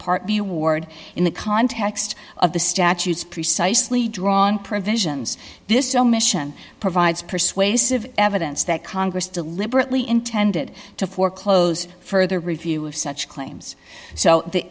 part b award in the context of the statutes precisely drawn provisions this omission provides persuasive evidence that congress deliberately intended to foreclose further review of such claims so the